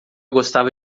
gostava